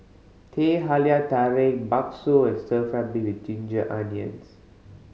Teh Halia Tarik bakso and stir fried beef with ginger onions